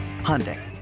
Hyundai